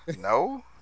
No